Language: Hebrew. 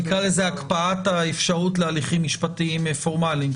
נקרא לזה הקפאת האפשרות להליכים משפטיים פורמאליים,